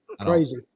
Crazy